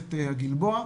מועצת הגלבוע,